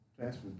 Transfer